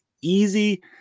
Easy